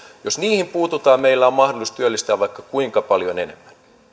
jos niihin puututaan meillä on mahdollisuus työllistää vaikka kuinka paljon enemmän